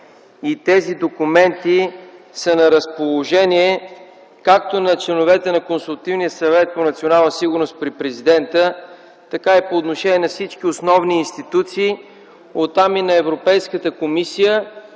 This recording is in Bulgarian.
тези документи да са на разположение както на членовете на Консултативния съвет по национална сигурност при Президента, така и на всички основни институции, а оттам и на Европейската комисия.